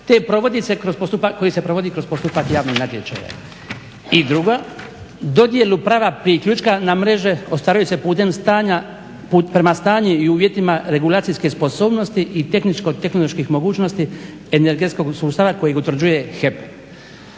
koji se provodi kroz postupak javnog natječaja. I druga, dodjelu prava priključka na mreže ostvaruju se prema stanju i uvjetima regulacijske sposobnosti i tehničko-tehnoloških mogućnosti energetskog sustava kojeg utvrđuje HEP.